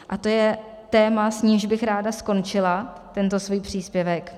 A to je téma, jímž bych ráda skončila tento svůj příspěvek.